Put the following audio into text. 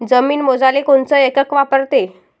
जमीन मोजाले कोनचं एकक वापरते?